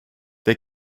they